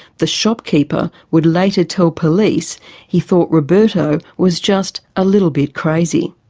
the shopkeeper would later tell police he thought roberto was just a little bit crazy.